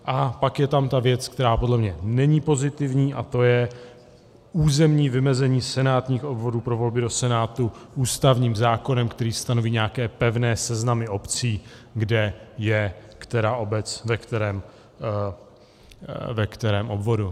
A pak je tam ta věc, která podle mě není pozitivní, a to je územní vymezení senátních obvodů pro volby do Senátu ústavním zákonem, který stanoví pevné seznamy obcí, kde je která obec, ve kterém obvodu.